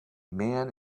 man